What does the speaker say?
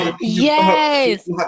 Yes